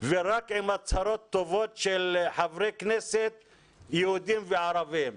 ורק עם הצהרות טובות של חברי כנסת יהודים וערבים.